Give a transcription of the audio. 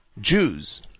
Jews